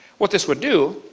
what this would do,